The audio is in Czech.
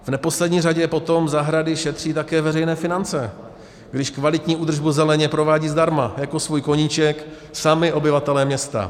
V neposlední řadě potom zahrady šetří také veřejné finance, když kvalitní údržbu zeleně provádí zdarma jako svůj koníček sami obyvatelé města.